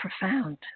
profound